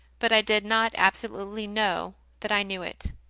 but i did not absolutely know that i knew it.